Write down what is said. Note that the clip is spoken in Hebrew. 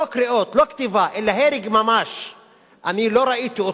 לא קריאות, לא כתיבה, אלא הרג ממש.